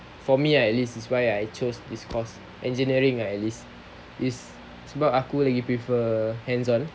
for me I at least is why I chose this course engineering right at least is about sebab aku lagi prefer hands on